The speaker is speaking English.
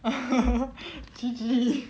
G_G